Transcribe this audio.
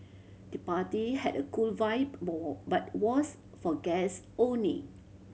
the party had a cool vibe but was for guest only